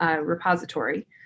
repository